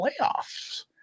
playoffs